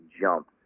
jump